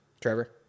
Trevor